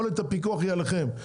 יכולת הפיקוח היא עליכם.